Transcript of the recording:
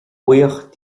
buíoch